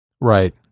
Right